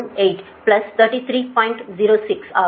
06 ஆகும்